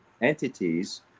entities